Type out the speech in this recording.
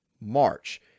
March